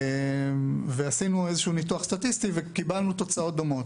עשינו ניתוח סטטיסטי וקיבלנו תוצאות דומות: